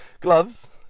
gloves